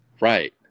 right